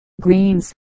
greens